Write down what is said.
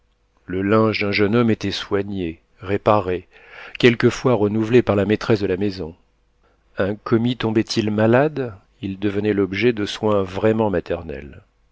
le linge d'un jeune homme était soigné réparé quelquefois renouvelé par la maîtresse de la maison un commis tombait il malade il devenait l'objet de soins vraiment maternels